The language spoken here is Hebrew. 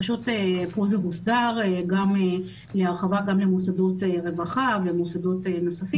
פשוט פה זה הוסדר גם למוסדות רווחה ולמוסדות נוספים.